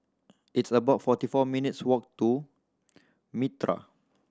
it's about forty four minutes' walk to Mitraa